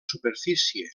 superfície